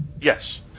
yes